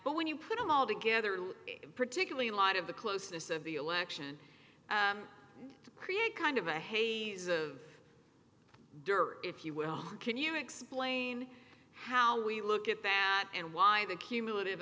but when you put them all together particularly a lot of the closeness of the election to create kind of a haze of if you will can you explain how we look at that and why the cumulative